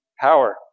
power